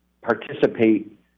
participate